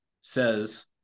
says